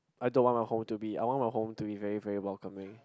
I don't want my home to be I want my home to be very very welcoming